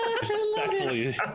Respectfully